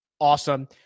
awesome